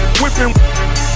whipping